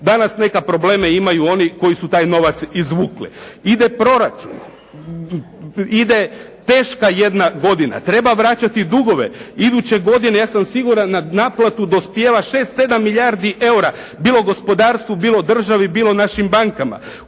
danas neka probleme imaju oni koji su taj novac izvukli. Ide proračun, ide teška jedna godina. Treba vraćati dugove. Iduće godine ja sam siguran, na naplatu dospijeva 6-7 milijardi eura bilo gospodarstvu, bilo državi, bilo našim bankama.